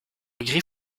gris